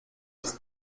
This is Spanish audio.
una